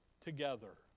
together